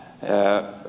normiohjausta